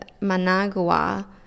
Managua